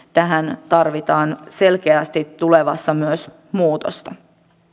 tähän tarvitaan selkeästi tulevassa myös muutosta